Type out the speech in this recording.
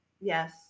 Yes